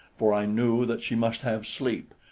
for i knew that she must have sleep,